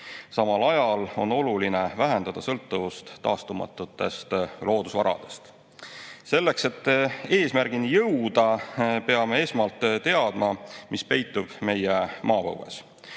Samal ajal on oluline vähendada sõltuvust taastumatutest loodusvaradest. Selleks, et eesmärgini jõuda, peame esmalt teadma, mis peitub meie maapõues.